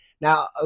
Now